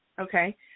Okay